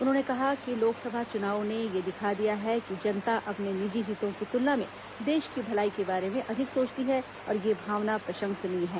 उन्होंने कहा कि लोकसभा चुनावों ने यह दिखा दिया है कि जनता अपने निजी हितों की तुलना में देश की भलाई के बारे में अधिक सोचती है और यह भावना प्रशंसनीय है